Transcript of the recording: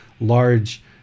large